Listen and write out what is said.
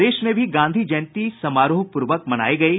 प्रदेश में भी गांधी जयंती समारोह पूर्वक मनायी गयी